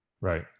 Right